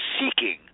seeking